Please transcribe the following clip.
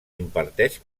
imparteix